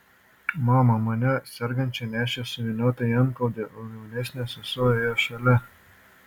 mama mane sergančią nešė suvyniotą į antklodę o jaunesnė sesuo ėjo šalia